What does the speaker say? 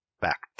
Back